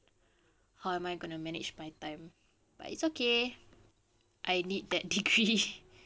how am I going to manage my time but it's okay I need that degree